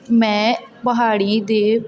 ਮੈਂ ਪਹਾੜੀ ਦੇ